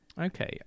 Okay